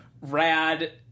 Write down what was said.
Rad